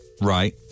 Right